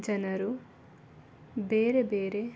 ಜನರು ಬೇರೆ ಬೇರೆ